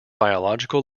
biological